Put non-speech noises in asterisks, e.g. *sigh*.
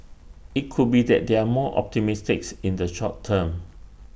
IT could be that they're more *unintelligible* in the short term